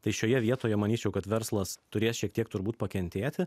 tai šioje vietoje manyčiau kad verslas turės šiek tiek turbūt pakentėti